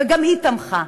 וגם היא תמכה.